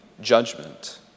judgment